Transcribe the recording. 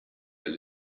alle